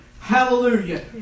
Hallelujah